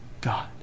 God